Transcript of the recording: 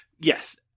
Yes